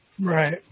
Right